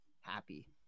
happy